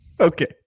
okay